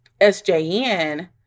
SJN